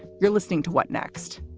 you're listening to what next.